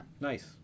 Nice